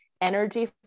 energy